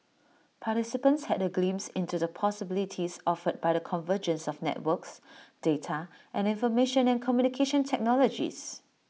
participants had A glimpse into the possibilities offered by the convergence of networks data and information and communication technologies